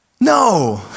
No